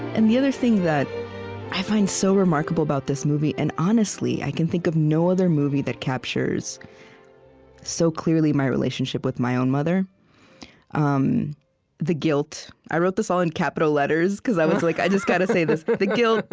and the other thing that i find so remarkable about this movie and honestly, i can think of no other movie that captures so clearly my relationship with my own mother um i wrote this, all in capital letters, because i was like, i just gotta say this but the guilt,